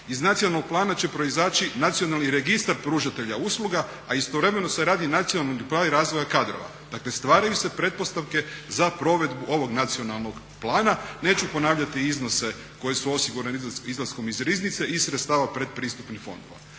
iz Nacionalnog plana će proizaći Nacionalni registar pružatelja usluga, a istovremeno se radi Nacionalni plan razvoja kadrova. Dakle stvaraju se pretpostavke za provedbu ovog Nacionalnog plana. Neću ponavljati iznose koji su osigurani izlaskom iz Riznice i sredstava pretpristupnih fondova.